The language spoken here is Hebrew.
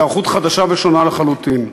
היערכות חדשה ושונה לחלוטין.